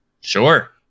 Sure